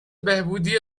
بهبودی